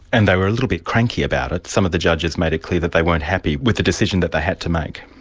and they were a little bit cranky about it some of the judges made it clear that they weren't happy with the decision that they had to make.